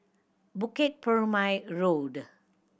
Bukit Purmei Road